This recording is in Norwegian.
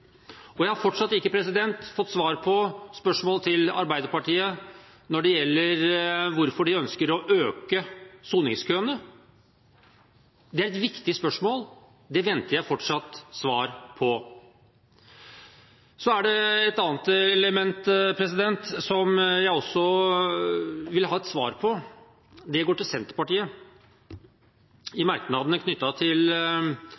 Jeg har fortsatt ikke fått svar på spørsmålet til Arbeiderpartiet når det gjelder hvorfor de ønsker å øke soningskøene. Det er et viktig spørsmål, det venter jeg fortsatt svar på. Så er det et annet element, som jeg også vil ha et svar på. Det går til Senterpartiet. I merknadene knyttet til